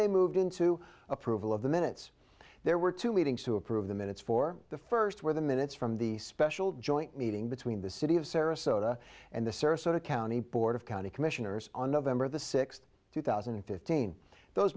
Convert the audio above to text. they moved into approval of the minutes there were two meetings to approve the minutes for the first where the minutes from the special joint meeting between the city of sarasota and the service sort of county board of county commissioners on november the sixth two thousand and fifteen those